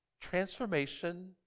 transformation